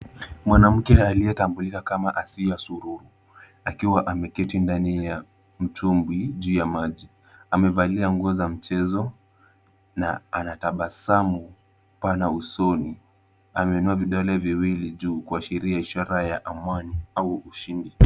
Mwanamke aliyetambulika kama Asiya Sururu akiwa ameketi ndanibya mtumbwi juu ya maji. Amevalia nguo za mchezo na anatabasamu pana usoni. Ameinua vidole viwili juu kuashiria ishara ya amani au ushindi.